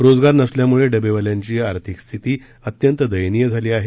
रोजगार नसल्याम्ळे डबेवाल्यांची आर्थीक स्थिती अत्यंत दयनीय झाली आहे